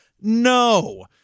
no